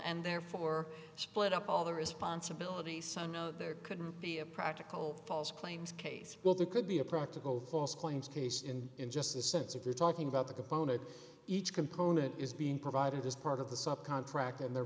and therefore split up all the responsibility so no there couldn't be a practical false claims case well there could be a practical false claims case and in just a sense if you're talking about the component each component is being provided as part of the sub contract and they're